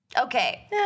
Okay